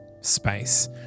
space